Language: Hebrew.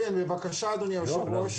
כן, בבקשה אדוני היושב ראש.